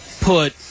put